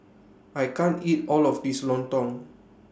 I can't eat All of This Lontong